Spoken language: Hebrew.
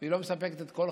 והיא לא מספקת את כל,